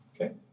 Okay